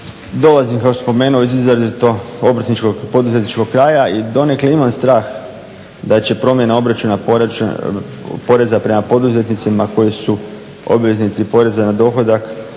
Dolazim kao što sam spomenuo iz izrazito obrtničko-poduzetničkog kraja i donekle imam strah da će promjena obračuna poreza prema poduzetnicima koji su obveznici poreza na dohodak